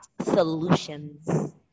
Solutions